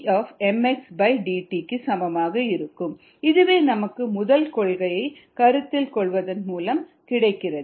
rcddt இதுவே நமக்கு முதல் கொள்கையை கருத்தில் கொள்வதன் மூலம் கிடைக்கிறது